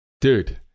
Dude